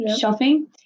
shopping